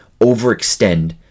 overextend